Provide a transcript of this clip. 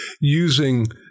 using